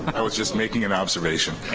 i was just making an observation